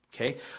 Okay